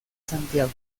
santiago